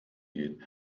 geht